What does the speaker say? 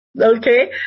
Okay